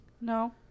No